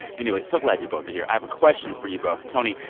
anyway, so glad you both are here. i have a question for you both. tony.